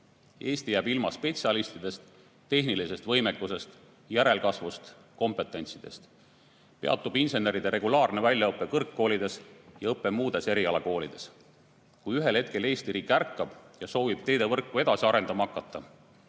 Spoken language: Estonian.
Eesti jääb ilma spetsialistidest, tehnilisest võimekusest, järelkasvust, kompetentsist. Peatub inseneride regulaarne väljaõpe kõrgkoolides ja õpe muudes erialakoolides. Kui ühel hetkel Eesti riik ärkab ja soovib teevõrku edasi arendama hakata,